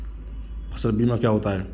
फसल बीमा क्या होता है?